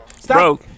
Stop